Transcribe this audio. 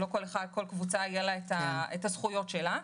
שלא לכל קבוצה יהיו הזכויות שלה.